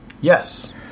Yes